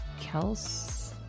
Kels